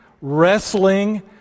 wrestling